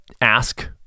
ask